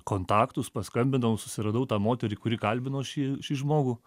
kontaktus paskambinau susiradau tą moterį kuri kalbino šį šį žmogų